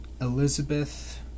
Elizabeth